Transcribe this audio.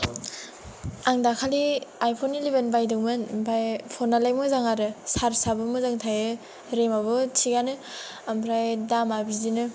आं दाखालि iPhone eleven बायदोंमोन आमफाय पनयालाय मोजां आरो सार्जयाबो मोजां थायो रेमयाबो थिगानो आमफ्राय दामा बिदिनो